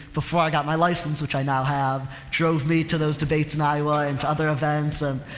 before i got my license which i now have drove me to those debates in iowa and to other events and,